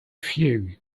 few